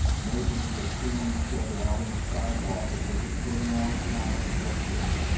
neighbors are seeing each other out on the sidewalk as they're just getting out of the house for fresh air,